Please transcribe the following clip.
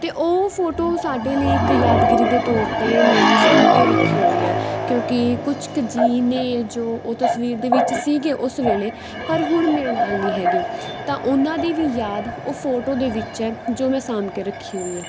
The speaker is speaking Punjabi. ਅਤੇ ਉਹ ਫੋਟੋ ਸਾਡੇ ਲਈ ਇੱਕ ਯਾਦਗਾਰੀ ਦੇ ਤੌਰ 'ਤੇ ਮੈਂ ਸਾਂਭ ਕੇ ਰੱਖੀ ਹੋਈ ਹੈ ਕਿਉਂਕਿ ਕੁਛ ਕੁ ਜੀਅ ਨੇ ਜੋ ਉਹ ਤਸਵੀਰ ਦੇ ਵਿੱਚ ਸੀਗੇ ਉਸ ਵੇਲੇ ਪਰ ਹੁਣ ਮੇਰੇ ਨਾਲ ਨਹੀਂ ਹੈਗੇ ਤਾਂ ਉਨ੍ਹਾਂ ਦੀ ਵੀ ਯਾਦ ਉਹ ਫੋਟੋ ਦੇ ਵਿੱਚ ਹੈ ਜੋ ਮੈਂ ਸਾਂਭ ਕੇ ਰੱਖੀ ਹੋਈ ਹੈ